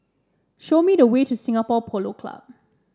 show me the way to Singapore Polo Club